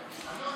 לציבור.